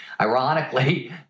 ironically